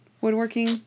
Woodworking